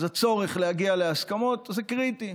אז הצורך להגיע להסכמות הוא קריטי,